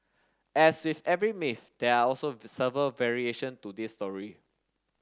as with every myth there are also several variation to this story